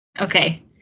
okay